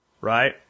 right